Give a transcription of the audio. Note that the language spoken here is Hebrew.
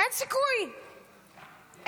אין סיכוי,